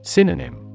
Synonym